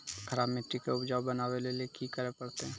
खराब मिट्टी के उपजाऊ बनावे लेली की करे परतै?